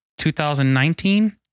2019